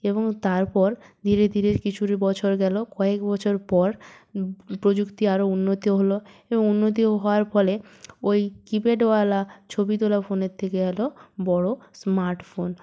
এবং তারপর ধীরে ধীরে কিছুরই বছর গেল কয়েক বছর পর প্রযুক্তি আরও উন্নতি হল এবং উন্নতি হওয়ার ফলে ওই কিপ্যাডওয়ালা ছবি তোলা ফোনের থেকে এলো বড়ো স্মার্টফোন